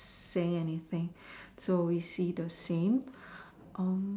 saying anything so we see the same